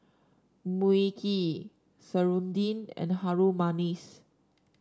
Mui Kee serunding and Harum Manis